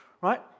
right